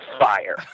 fire